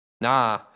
Nah